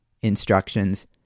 instructions